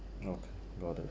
okay got it